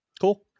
cool